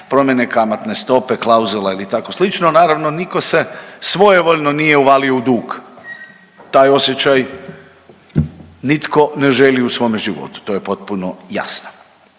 promjene kamatne stope, klauzula ili tako slično, naravno niko se svojevoljno nije uvalio u dug, taj osjećaj nitko ne želi u svome životu to je potpuno jasno.